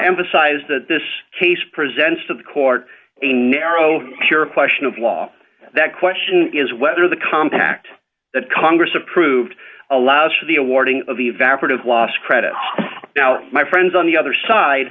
emphasize that this case presents to the court a narrow your question of law that question is whether the compact that congress approved allows for the awarding of the evaporative loss credit now my friends on the other side